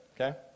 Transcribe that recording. Okay